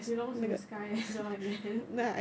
it belongs in the sky so they made it